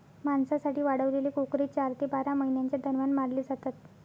मांसासाठी वाढवलेले कोकरे चार ते बारा महिन्यांच्या दरम्यान मारले जातात